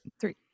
three